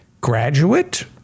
graduate